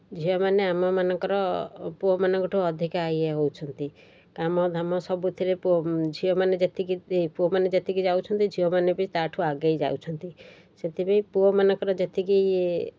ଝିଅମାନେ ଆମମାନଙ୍କର ପୁଅମାନଙ୍କଠୁ ଅଧିକା ଇଏ ହେଉଛନ୍ତି କାମ ଧାମ ସବୁଥିରେ ପୁଅ ଝିଅମାନେ ଯେତିକି ପୁଅମାନେ ଯେତିକି ଯାଉଛନ୍ତି ଝିଅମାନେ ବି ତା'ଠୁ ଆଗେଇ ଯାଉଛନ୍ତି ସେଥିପାଇଁ ପୁଅମାନଙ୍କର ଯେତିକି